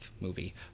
movie